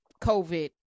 COVID